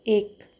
एक